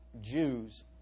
Jews